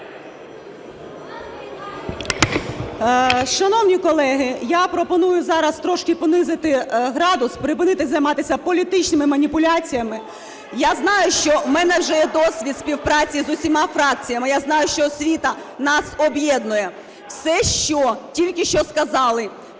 Шановні колеги, я пропоную зараз трошки понизити градус, припинити займатися політичними маніпуляціями. Я знаю, що у мене вже є досвід співпраці з усіма фракціями, я знаю, що освіта нас об'єднує. Все, що тільки що сказали